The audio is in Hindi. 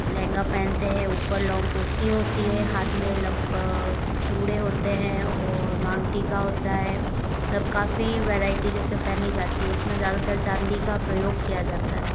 लहंगा पहनते हैं ऊपर लॉन्ग कुर्ती होती है हाथ में लब चूड़े होते हैं और मांग टिका होता है मतलब काफ़ी वैरायटी जैसे पहनी जाती है इसमें ज़्यादातर चांदी का प्रयोग किया जाता है